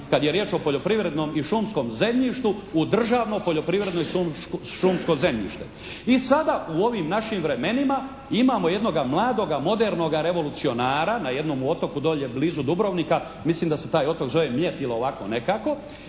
kada je riječ o poljoprivrednom i šumskom zemljištu, u državno poljoprivredno šumsko zemljište. I sada u ovim našim vremenima imamo jednoga mladoga modernoga revolucionara na jednomu otoku dolje blizu Dubrovnika, mislim da se taj otok zove Mljet ili ovako nekako.